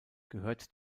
gehört